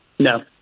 No